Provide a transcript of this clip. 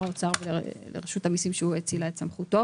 האוצר ולרשות המיסים שהוא האציל לה את סמכותו